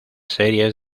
series